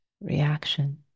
reaction